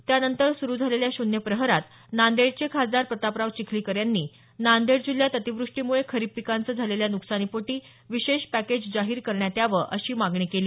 त्यानंतर सुरू झालेल्या शून्य प्रहरात नांदेडचे खासदार प्रतापराव चिखलीकर यांनी नांदेड जिल्ह्यात अतिवृष्टीमुळे खरीप पिकांचं झालेल्या नुकसानीपोटी विशेष पॅकेज जाहीर करण्यात यावं अशी मागणी केली